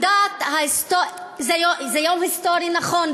זה יום היסטורי, נכון.